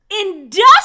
Industrial